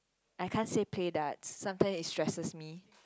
I can't say play darts sometimes it stresses me